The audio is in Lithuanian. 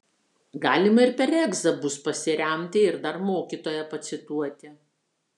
galima ir per egzą bus pasiremti ir dar mokytoją pacituoti